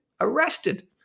arrested